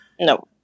No